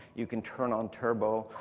you can turn on turbo.